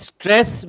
Stress